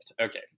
okay